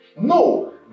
No